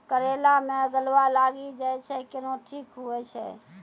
करेला मे गलवा लागी जे छ कैनो ठीक हुई छै?